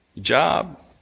Job